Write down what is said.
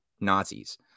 Nazis